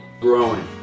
growing